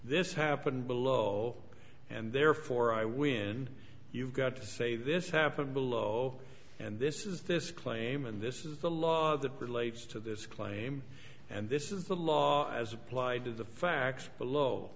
this happened below and therefore i when you've got to say this happened below and this is this claim and this is the law that relates to this claim and this is the law as applied to the facts below